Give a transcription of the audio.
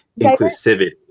inclusivity